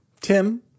Tim